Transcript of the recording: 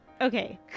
okay